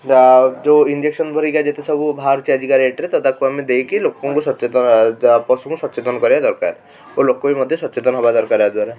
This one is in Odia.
ବା ଯେଉଁ ଇଞ୍ଜେକସନ୍ ହେରିକା ଯେତେସବୁ ବାହାରୁଛି ଆଜିକା ଡେଟ୍ରେ ତାକୁ ଆମେ ଦେଇକି ଲୋକଙ୍କୁ ସଚେତନ ପଶୁକୁ ସଚେତନ କରିବା ଦରକାର ଓ ଲୋକଙ୍କୁ ମଧ୍ୟ ସଚେତନ ହବା ଦରକାର ଆଦ୍ୱାରା